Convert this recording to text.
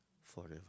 forever